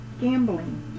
gambling